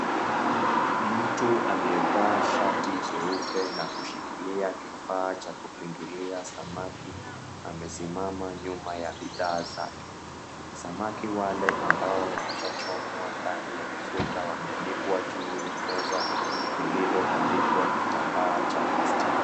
Mtu aliyevaa shati jeupe na kushikilia kifaa cha kupindulia samaki amesimama nyuma ya bidhaa zake. Samaki wale ambao wameshachomwa ndani ya mafuta wameanikwa juu ya meza liliotandikwa kitambaa cha plastiki.